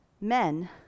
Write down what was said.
men